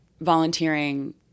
volunteering